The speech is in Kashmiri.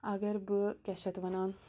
اَگر بہٕ کیٛاہ چھِ اَتھ وَنان